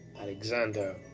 Alexander